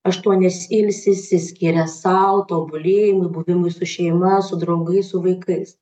aštuonias ilsisi skiria sau tobulėjimui buvimui su šeima su draugais su vaikais